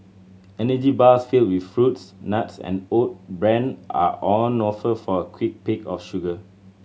energy bars filled with fruits nuts and oat bran are on offer for a quick pick of sugar